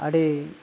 ᱟᱹᱰᱤ